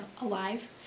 alive